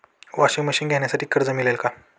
Washing machine घेण्यासाठी कर्ज मिळेल का?